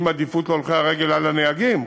עם עדיפות להולכי הרגל על הנהגים כרגע.